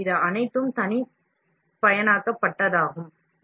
எனவே இது அனைத்தும் தனிப்பயனாக்கப்பட்டதாகும்